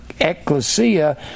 ecclesia